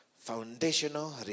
foundational